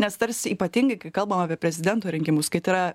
nes tarsi ypatingai kai kalbama apie prezidento rinkimus kai tai yra